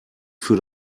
für